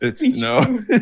No